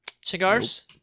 Cigars